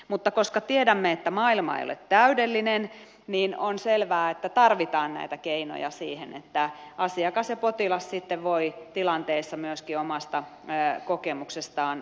mutta koska tiedämme että maailma ei ole täydellinen niin on selvää että tarvitaan näitä keinoja siihen että asiakas tai potilas sitten voi tilanteessa myöskin omasta kokemuksestaan eteenpäin kertoa